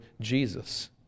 Jesus